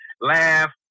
laugh